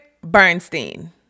Bernstein